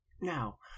Now